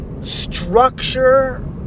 structure